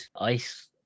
ice